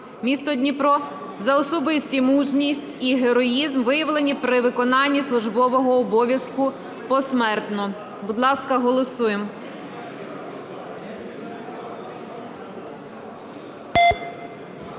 м. Дніпро) за особисті мужність і героїзм, виявлені при виконанні службового обов'язку (посмертно). Будь ласка, голосуємо.